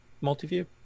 multi-view